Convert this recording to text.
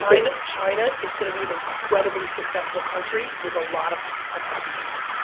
saying? china is going to be an incredibly successful country with a lot of unhappy people.